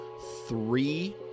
three